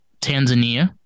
Tanzania